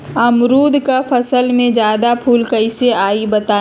अमरुद क फल म जादा फूल कईसे आई बताई?